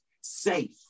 safe